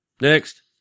Next